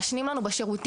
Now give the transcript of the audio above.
מעשנים לנו בשירותים,